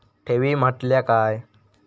ठेवी म्हटल्या काय?